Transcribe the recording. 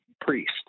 priest